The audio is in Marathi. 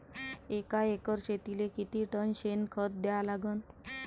एका एकर शेतीले किती टन शेन खत द्या लागन?